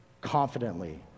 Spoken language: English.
confidently